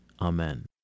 Amen